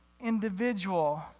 individual